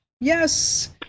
Yes